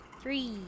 three